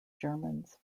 germans